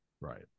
right